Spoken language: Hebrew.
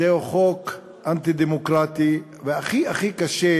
זהו חוק אנטי-דמוקרטי, והכי הכי קשה